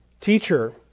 Teacher